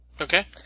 Okay